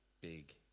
big